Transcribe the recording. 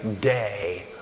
day